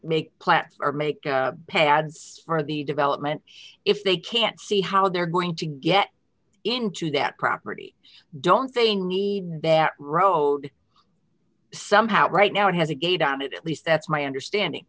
make class or make pads for the development if they can't see how they're going to get into that property don't they need that road somehow right now it has a gate on it at least that's my understanding